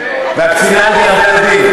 והקצינה הזאת עמדה לדין.